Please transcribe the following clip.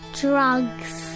drugs